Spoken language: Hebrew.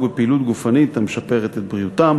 בפעילות גופנית המשפרת את בריאותם.